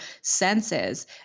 senses